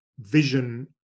vision